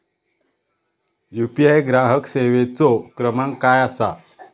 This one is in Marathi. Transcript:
यू.पी.आय ग्राहक सेवेचो क्रमांक काय असा?